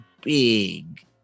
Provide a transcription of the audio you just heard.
big